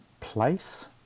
place